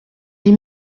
dix